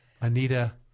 Anita